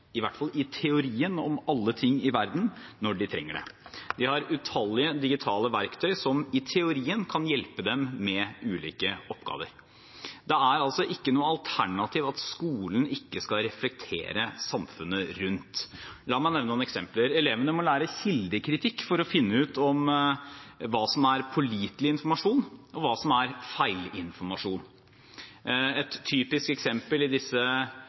i hvert fall i teorien, om alle ting i verden når de trenger det. De har utallige digitale verktøy, som i teorien kan hjelpe dem med ulike oppgaver. Det er altså ikke noe alternativ at skolen ikke skal reflektere samfunnet rundt. La meg nevne noen eksempler: Elevene må lære kildekritikk for å finne ut hva som er pålitelig informasjon, og hva som er feilinformasjon. Et typisk eksempel i disse